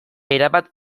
erabat